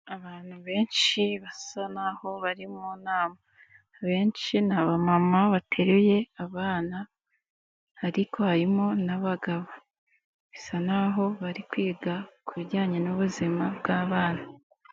Abantu benshi basa n'aho bari mu nama, benshi ni abamama bateruye abana ariko harimo n'abagabo, bisa n'aho bari kwiga ku bijyanye n'ubuzima bw'abana.